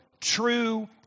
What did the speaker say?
true